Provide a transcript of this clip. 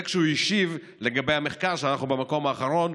זה כשהוא השיב בעניין המחקר שאנחנו במקום האחרון,